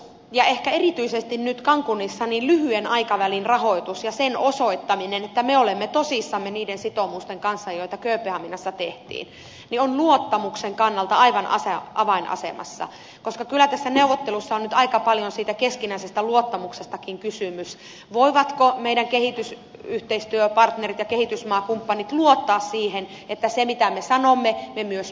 tämä rahoitus ja ehkä erityisesti nyt cancunissa lyhyen aikavälin rahoitus ja sen osoittaminen että me olemme tosissamme niiden sitoumusten kanssa joita kööpenhaminassa tehtiin on luottamuksen kannalta aivan avainasemassa koska kyllä tässä neuvottelussa on nyt aika paljon siitä keskinäisestä luottamuksestakin kysymys voivatko meidän kehitysyhteistyöpartnerimme ja kehitysmaakumppanimme luottaa siihen että sen mitä me sanomme me myös pidämme